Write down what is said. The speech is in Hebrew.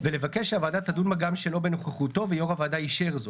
ולבקש שהוועדה תדון בה גם שלא בנוכחותו אם יו"ר הוועדה אישר זאת.